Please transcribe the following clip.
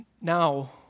Now